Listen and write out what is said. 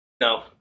No